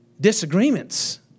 disagreements